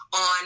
on